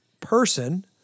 person